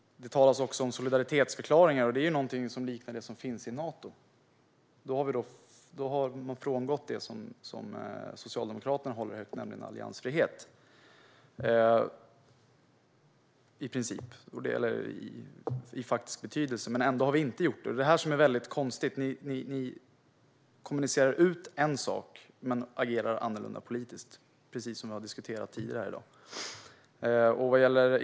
Det talas också om solidaritetsförklaringar. Det liknar det som finns i Nato. Då har man i princip frångått det som Socialdemokraterna håller högt, nämligen alliansfrihet - i faktisk betydelse, men ändå inte. Det är detta som är konstigt. Ni kommunicerar ut en sak men agerar annorlunda politiskt, precis som vi har diskuterat tidigare i dag.